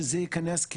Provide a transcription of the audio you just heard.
שזה ייכנס,